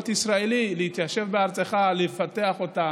להיות ישראלי, להתיישב בארצך, לפתח אותה,